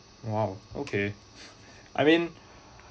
!wow! okay I mean